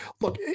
Look